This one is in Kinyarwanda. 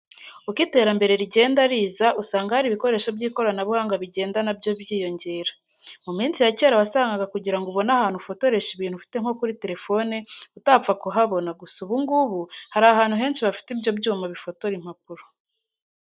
Uko iterambere rigenda riza usanga hari ibikoresho by'ikoranabuhanga bigenda na byo byiyongera. Mu minsi ya kera wasanga kugira ngo ubone ahantu ufotoresha ibintu ufite nko kuri telefone utapfa kuhabona, gusa ubu ngubu hari ahantu henshi bafite ibyo byuma bifotora impapuro.